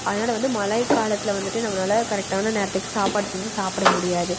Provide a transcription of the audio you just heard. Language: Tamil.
அதனால் வந்து மழைக்காலத்துல வந்துட்டு நம்மனால் கரெக்டான நேரத்துக்கு சாப்பாடு செஞ்சு சாப்பிட முடியாது